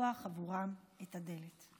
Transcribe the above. ולפתוח עבורם את הדלת.